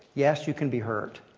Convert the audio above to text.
yes you can be hurt,